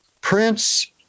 Prince